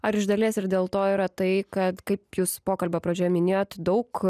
ar iš dalies ir dėl to yra tai kad kaip jūs pokalbio pradžioje minėjot daug